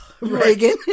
Reagan